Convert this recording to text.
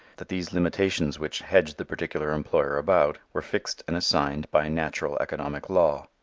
that these limitations which hedged the particular employer about were fixed and assigned by natural economic law.